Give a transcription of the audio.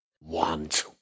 Want